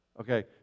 Okay